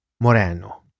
Moreno